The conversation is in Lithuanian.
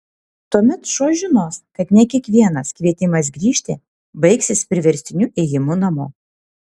tuomet šuo žinos kad ne kiekvienas kvietimas grįžti baigsis priverstiniu ėjimu namo